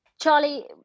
Charlie